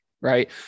right